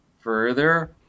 further